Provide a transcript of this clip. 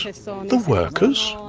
ah so the workers?